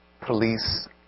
police